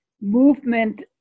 movement